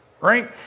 right